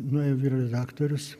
nuėjo vyr redaktorius